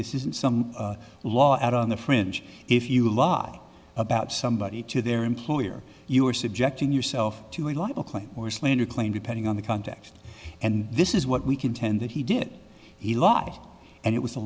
this isn't some law out on the fringe if you lie about somebody to their employer you are subjecting yourself to a libel claim or slander claim depending on the context and this is what we contend that he did he lie and it was a